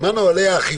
מה נהלי האכיפה?